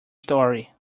story